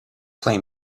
play